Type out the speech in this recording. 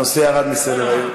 הנושא ירד, למה?